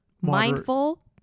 mindful